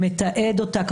מנחים אותה?